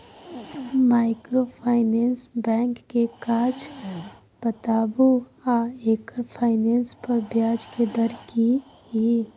Microfinance bank के काज बताबू आ एकर फाइनेंस पर ब्याज के दर की इ?